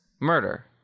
murder